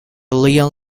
leon